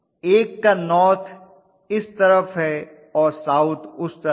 एक का नॉर्थ इस तरफ से और साउथ उस तरफ